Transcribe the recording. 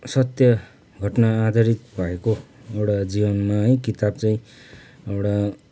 सत्य घटना आधारित भएको एउटा जीवनमा है किताब चाहिँ एउटा